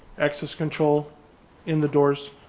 access control in the doors,